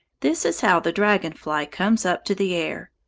this is how the dragon-fly comes up to the air.